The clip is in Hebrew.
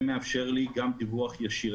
זה מאפשר לי גם דיווח ישיר.